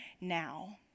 now